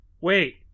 Wait